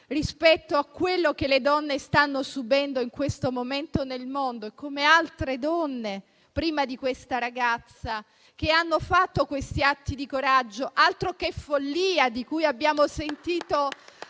rispetto a quello che le donne stanno subendo in questo momento nel mondo, come le altre che prima di questa ragazza hanno compiuto tali atti di coraggio. Altro che follia, come abbiamo sentito